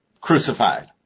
crucified